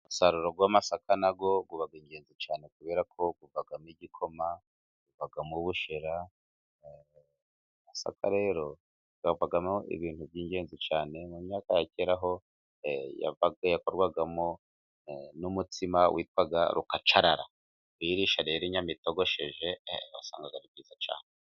Umusaruro w'amasaka nawo uba ingenzi cyane, kubera ko havagamo igikoma, havamo ubushera, amasaka rero avamo ibintu by'ingenzi cyane. Mu myaka yakera yakorwagamo n'umutsima witwaga rukacarara, kuyisha rero inyama itogosheje, wasangaga ari byiza cyane.